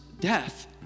death